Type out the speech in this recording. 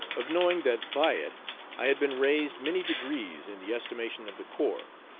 of knowing that by it i had been raised many degrees in the estimation of the corps.